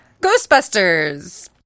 Ghostbusters